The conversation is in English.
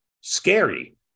scary